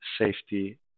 safety